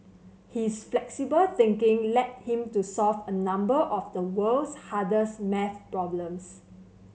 his flexible thinking led him to solve a number of the world's hardest maths problems problems